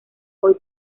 hoy